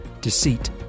deceit